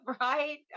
Right